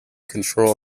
control